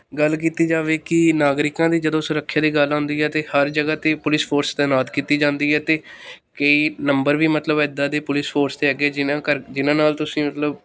ਗੱਲ ਕੀਤੀ ਜਾਵੇ ਕਿ ਨਾਗਰਿਕਾਂ ਦੀ ਜਦੋਂ ਸੁਰੱਖਿਆ ਦੀ ਗੱਲ ਆਉਂਦੀ ਹੈ ਅਤੇ ਹਰ ਜਗ੍ਹਾ 'ਤੇ ਪੁਲਿਸ ਫੋਰਸ ਤੈਨਾਤ ਕੀਤੀ ਜਾਂਦੀ ਹੈ ਅਤੇ ਕਈ ਨੰਬਰ ਵੀ ਮਤਲਬ ਇੱਦਾਂ ਦੇ ਪੁਲਿਸ ਫੋਰਸ ਦੇ ਅੱਗੇ ਜਿਹਨਾਂ ਕਰ ਜਿਹਨਾਂ ਨਾਲ ਤੁਸੀਂ ਮਤਲਬ